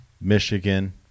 Michigan